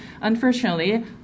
unfortunately